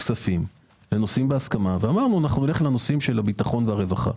הכספים על נושאים בהסכמה ואמרנו שנלך לנושאים של ביטחון ורווחה.